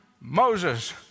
Moses